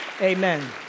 Amen